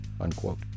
unquote